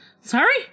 Sorry